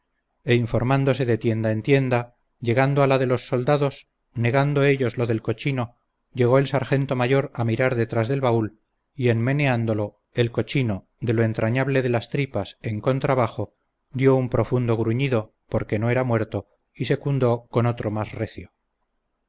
e informándose de tienda en tienda llegando a la de los soldados negando ellos lo del cochino llegó el sargento mayor a mirar detrás del baúl y en meneándolo el cochino de lo entrañable de las tripas en contrabajo dió un profundo gruñido porque no era muerto y secundó con otro más recio